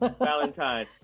Valentine